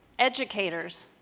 educators,